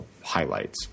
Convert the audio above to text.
highlights